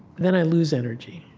then i lose energy.